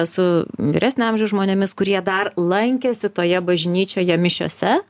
su vyresnio amžiaus žmonėmis kurie dar lankėsi toje bažnyčioje mišiose